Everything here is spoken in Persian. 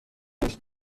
نیست